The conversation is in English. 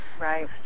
Right